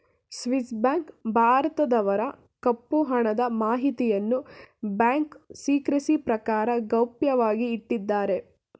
Swiss bank ಭಾರತದವರ ಕಪ್ಪು ಹಣದ ಮಾಹಿತಿಯನ್ನು ಬ್ಯಾಂಕ್ ಸಿಕ್ರೆಸಿ ಪ್ರಕಾರ ಗೌಪ್ಯವಾಗಿ ಇಟ್ಟಿದ್ದಾರೆ